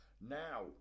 now